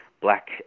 black